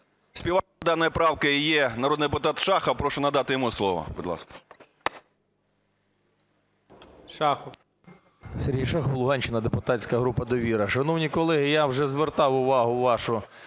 Співавтором даної правки є народний депутат Шахов, прошу надати йому слово, будь ласка.